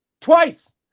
Twice